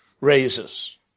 raises